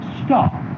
stop